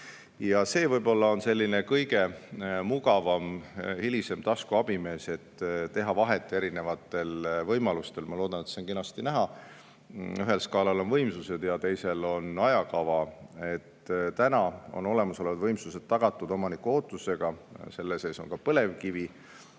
on võib-olla kõige mugavam hilisem taskuabimees, mis aitab teha vahet erinevatel võimalustel. Ma loodan, et see on kenasti näha. Ühel skaalal on võimsused ja teisel on ajakava. Praegused olemasolevad võimsused on tagatud omaniku ootusega, selle sees on ka põlevkivi,